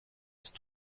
ist